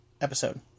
episode